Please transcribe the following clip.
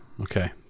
Okay